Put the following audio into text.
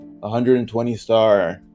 120-star